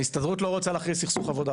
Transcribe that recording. ההסתדרות לא רוצה להכריז סכסוך עבודה.